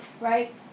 right